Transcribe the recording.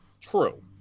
True